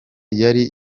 yari